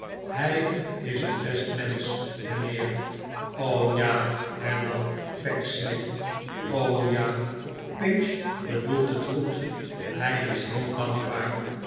hij is een best mensch mijnheer ja hernam pecksniff ja pinch bedoelt het goed hij is heel dankbaar